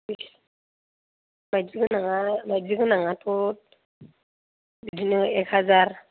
माइदि गोनाङा माइदि गोनांआथ' बिदिनो एक हाजार